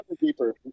deeper